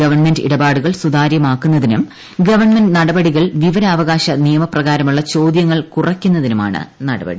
government ഇടപാടുകൾ സുതാര്യമാക്കുന്നതിനും government നടപടികളിൽ വിവരാവകാശ നിയമപ്രകാരമുള്ള ചോദ്യങ്ങൾ കുറയ്ക്കുന്നതിനുമാണ് നടപടി